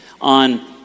on